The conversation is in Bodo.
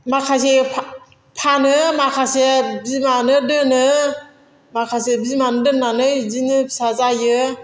माखासे फानो माखासे बिमानो दोनो माखासे बिमानो दोन्नानै बिदिनो फिसा जायो